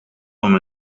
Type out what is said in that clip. hem